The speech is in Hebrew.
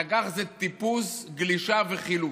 טג"ח זה טיפוס, גלישה וחילוץ.